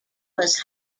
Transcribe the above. was